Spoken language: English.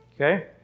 okay